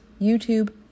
YouTube